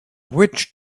witch